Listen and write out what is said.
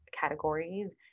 categories